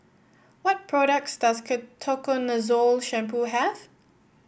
what products does Ketoconazole Shampoo have